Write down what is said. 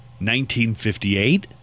1958